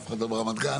אף אחד לא ברמת גן,